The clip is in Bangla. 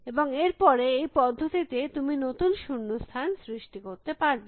এবং এর পরে এই পদ্ধতিতে তুমি নতুন শূন্য স্থান সৃষ্টি করতে পারবে